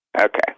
Okay